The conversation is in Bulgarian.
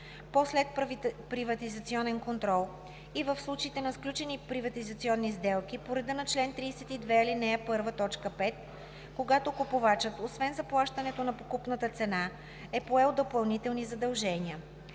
по следприватизационен контрол и в случаите на сключени приватизационни сделки по реда на чл. 32, ал. 1, т. 5, когато купувачът освен заплащането на покупната цена е поел допълнителни задължения.